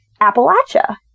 Appalachia